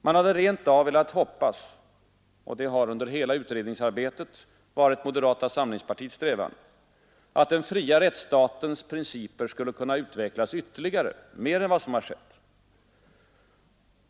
Vi hade rent av velat hoppas och detta har 5 juni 1973 att den fria rättsstatens principer skulle kunnat utvecklas ytterligare, ——-— kunnat utvecklas mer än vad som har skett.